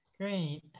Great